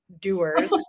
doers